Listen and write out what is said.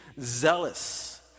zealous